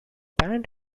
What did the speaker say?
band